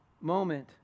moment